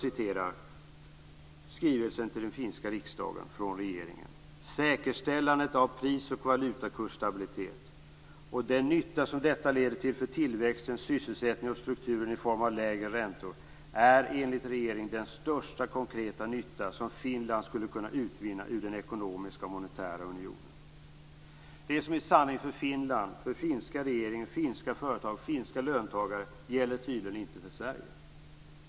I skrivelsen från den finska regeringen till riksdagen står det: Säkerställandet av pris och valutakursstabilitet och den nytta som detta leder till för tillväxten, sysselsättningen och strukturen i form av lägre räntor är enligt regeringen den största konkreta nytta som Finland skulle kunna utvinna ur den ekonomiska och monetära unionen. Det som är sanning för Finland, för den finska regeringen, för finska företag och finska löntagare gäller tydligen inte för Sverige.